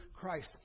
Christ